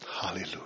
Hallelujah